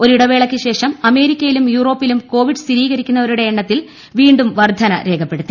ഒരു ഇടവേളയ്ക്കു ശേഷം അമേരിക്കയിലും യൂറോപ്പിലും കോവിഡ് സ്ഥിരീകരിക്കുന്നവരുടെ എണ്ണത്തിൽ വീണ്ടും ്വർധന രേഖപ്പെടുത്തി